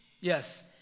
yes